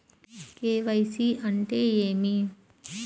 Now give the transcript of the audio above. KYC అంటే ఏమి?